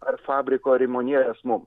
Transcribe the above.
ar fabriko ar įmonėlės mum